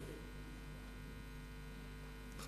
תודה,